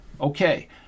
Okay